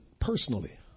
personally